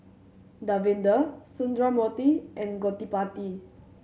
Davinder Sundramoorthy and Gottipati